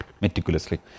meticulously